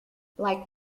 like